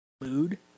mood